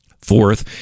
Fourth